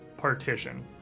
Partition